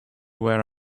where